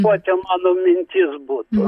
tokia mano mintis būtų